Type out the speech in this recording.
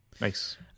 Nice